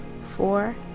four